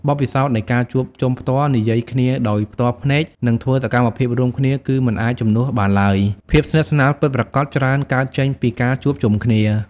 បទពិសោធន៍នៃការជួបជុំផ្ទាល់ និយាយគ្នាដោយផ្ទាល់ភ្នែក និងធ្វើសកម្មភាពរួមគ្នាគឺមិនអាចជំនួសបានឡើយ ភាពស្និទ្ធស្នាលពិតប្រាកដច្រើនកើតចេញពីការជួបជុំគ្នា។